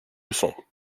leçon